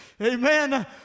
Amen